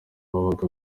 babaga